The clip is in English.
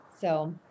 so-